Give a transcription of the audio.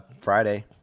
Friday